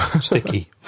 Sticky